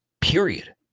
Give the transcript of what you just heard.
period